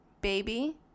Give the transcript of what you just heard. Baby